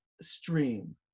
stream